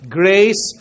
grace